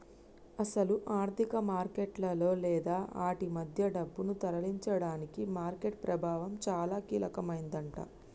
అసలు ఆర్థిక మార్కెట్లలో లేదా ఆటి మధ్య డబ్బును తరలించడానికి మార్కెట్ ప్రభావం చాలా కీలకమైందట